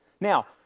Now